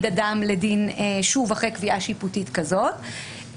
אדם לדין שוב אחרי קביעה שיפוטית כזאת.